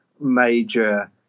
major